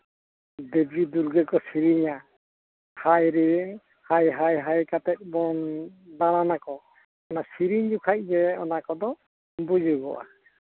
ᱫᱮᱵᱤ ᱫᱩᱨᱜᱟᱹ ᱠᱚ ᱥᱤᱨᱤᱧᱟᱭᱟ ᱦᱟᱭ ᱨᱮ ᱦᱟᱭ ᱦᱟᱭ ᱦᱟᱭ ᱠᱟᱛᱮᱫ ᱵᱚᱱ ᱫᱟᱬᱟᱱᱟᱠᱚ ᱚᱱᱟ ᱥᱤᱨᱤᱧ ᱡᱚᱠᱷᱟᱡ ᱜᱮ ᱚᱱᱟ ᱠᱚᱫᱚ ᱵᱩᱡᱩᱜᱚᱜᱼᱟ